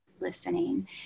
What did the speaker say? listening